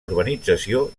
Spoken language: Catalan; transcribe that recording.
urbanització